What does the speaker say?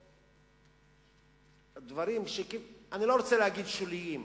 שבו דברים, אני לא רוצה להגיד שוליים,